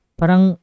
parang